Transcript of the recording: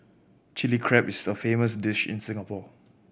Chilli Crab is a famous dish in Singapore